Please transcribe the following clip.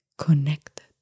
Connected